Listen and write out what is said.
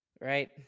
Right